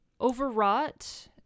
Overwrought